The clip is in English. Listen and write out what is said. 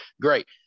great